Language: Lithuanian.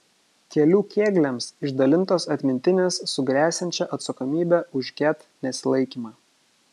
kelių kėgliams išdalintos atmintinės su gresiančia atsakomybe už ket nesilaikymą